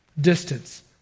distance